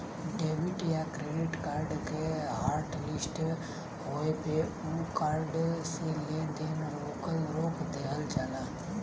debit या credit card के hotlist होये पे उ कार्ड से लेन देन रोक दिहल जाला